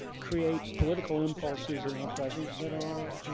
create political impulses in our present that are